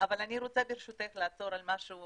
אבל אני רוצה ברשותך לעצור על משהו